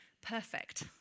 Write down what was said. perfect